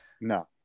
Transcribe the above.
no